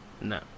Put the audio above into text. no